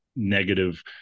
negative